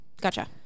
Gotcha